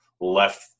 left